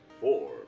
four